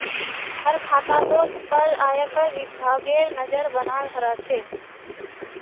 हर खातातोत पर आयकर विभागेर नज़र बनाल रह छे